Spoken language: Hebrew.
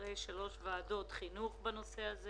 אחרי שלוש ועדות חינוך בנושא הזה